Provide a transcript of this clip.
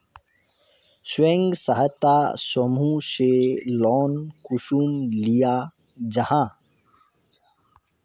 स्वयं सहायता समूह से लोन कुंसम लिया जाहा?